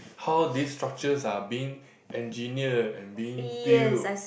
how this structures are being engineered and being built